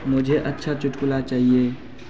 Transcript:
मुझे अच्छा चुटकुला चाहिए